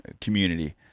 community